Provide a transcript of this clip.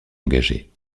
engagée